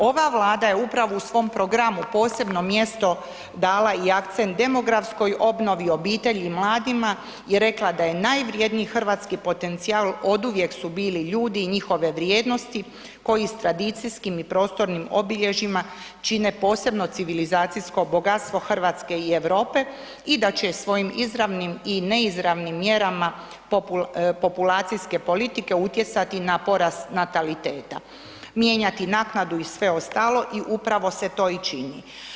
Ova Vlada je upravo u svom programu posebno mjesto dala i akcent demografskoj obnovi, obitelji i mladima i rekla da je najvrjedniji hrvatski potencijal oduvijek su bili ljudi i njihove vrijednosti koji s tradicijskim i prostornim obilježjima čine posebno civilizacijsko bogatstvo RH i Europe i da će svojim izravnim i neizravnim mjerama populacijske politike utjecati na porast nataliteta, mijenjati naknadu i sve ostalo i upravo se to i čini.